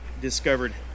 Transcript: discovered